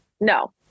No